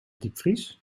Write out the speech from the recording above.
diepvries